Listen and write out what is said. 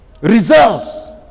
Results